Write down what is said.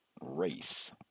race